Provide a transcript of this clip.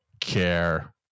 care